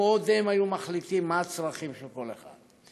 קודם היו מחליטים מה הצרכים של כל אחד,